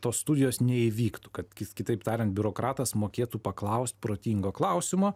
tos studijos neįvyktų kad kitaip tariant biurokratas mokėtų paklaust protingo klausimo